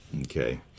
Okay